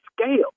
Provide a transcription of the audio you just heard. scale